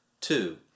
two